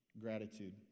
Gratitude